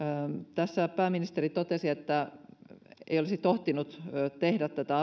tässä pääministeri totesi että ei olisi tohtinut tehdä tätä